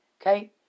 Okay